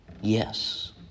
Yes